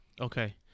Okay